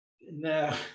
No